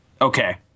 okay